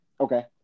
okay